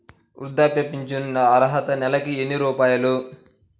వృద్ధాప్య ఫింఛను అర్హత నెలకి ఎన్ని రూపాయలు?